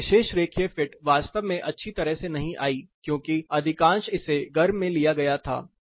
तो यह विशेष रेखीय फिट वास्तव में अच्छी तरह से नहीं आई क्योंकि अधिकांश इसे गर्म में लिया गया था